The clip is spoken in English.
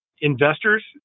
investors